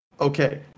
Okay